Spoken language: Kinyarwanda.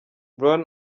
brown